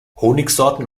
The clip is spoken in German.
honigsorten